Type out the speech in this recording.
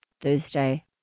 Thursday